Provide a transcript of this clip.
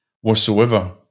whatsoever